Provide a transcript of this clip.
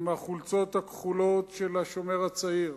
עם החולצות הכחולות של "השומר הצעיר",